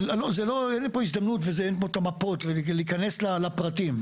אין פה המפות ולהיכנס לפרטים.